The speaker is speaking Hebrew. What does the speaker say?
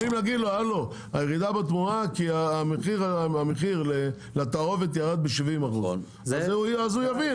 יכולים להגיד לו הירידה בתמורה כי המחיר לתערובת ירד ב-70% אז הוא יבין.